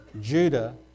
Judah